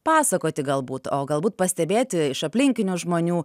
pasakoti galbūt o galbūt pastebėti iš aplinkinių žmonių